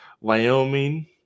Wyoming